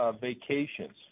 vacations